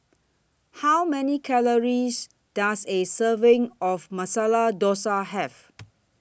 How Many Calories Does A Serving of Masala Dosa Have